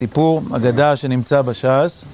ביפור אגדה שנמצא בשעס